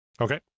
Okay